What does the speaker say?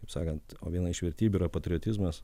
kaip sakant o viena iš vertybių yra patriotizmas